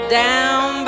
down